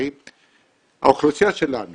האוכלוסייה שלנו